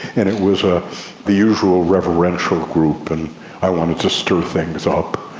and it was ah the usual reverential group and i wanted to stir things up.